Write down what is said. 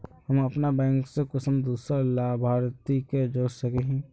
हम अपन बैंक से कुंसम दूसरा लाभारती के जोड़ सके हिय?